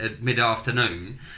mid-afternoon